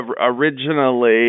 originally